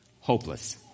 Hopeless